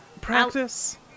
practice